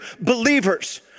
believers